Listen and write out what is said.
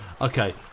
Okay